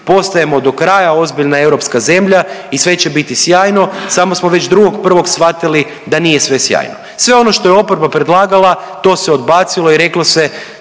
postajemo do kraja ozbiljna europska zemlja i sve će biti sjajno, samo smo već 2.1. shvatili da nije sve sjajno. Sve ono što je oporba predlagala to se odbacilo i reklo se